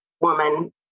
woman